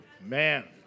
Man